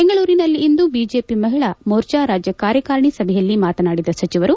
ಬೆಂಗಳೂರಿನಲ್ಲಂದು BJP Mahila Morcha ರಾಜ್ಯ ಕಾರ್ಯಕಾಲಿಣಿ ಸಭೆಯಲ್ಲ ಮಾತನಾಡಿದ ಸಚವರು